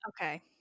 Okay